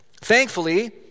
Thankfully